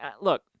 Look